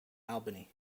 albany